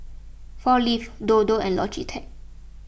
four Leaves Dodo and Logitech